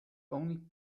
only